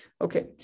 Okay